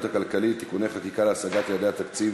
הכלכלית (תיקוני חקיקה להשגת יעדי התקציב